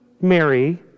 Mary